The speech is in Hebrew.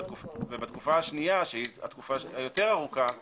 התקופה השנייה, שהיא צריכה להיות ארוכה יותר,